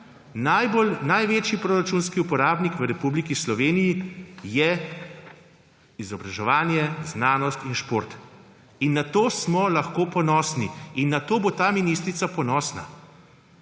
Največji proračunski uporabnik v Republiki Sloveniji je izobraževanje, znanost in šport. In na to smo lahko ponosni in na to bo ta ministrica ponosna,